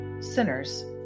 Sinners